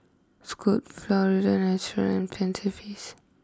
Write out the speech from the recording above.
Scoot Florida Natural and Feast